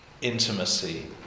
intimacy